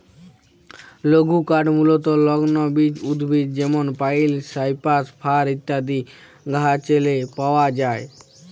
লঘুকাঠ মূলতঃ লগ্ল বিচ উদ্ভিদ যেমল পাইল, সাইপ্রাস, ফার ইত্যাদি গাহাচেরলে পাউয়া যায়